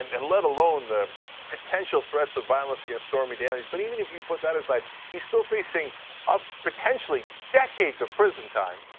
and and let alone the potential threats of violence against stormy daniels, but even if you put that aside he's still facing potentially decades of prison time,